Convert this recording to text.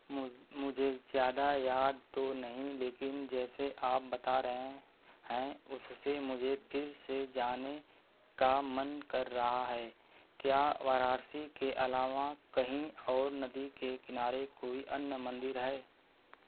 मु मुझे ज़्यादा याद तो नहीं लेकिन जैसे आप बता रहे है हैं उससे मुझे फिर से जाने का मन कर रहा है क्या वाराणसी के अलावा कहीं और नदी के किनारे कोई अन्य मन्दिर है